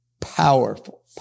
powerful